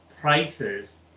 prices